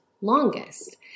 longest